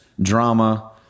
drama